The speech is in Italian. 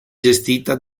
gestita